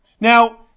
Now